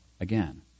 again